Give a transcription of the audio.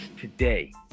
today